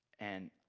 and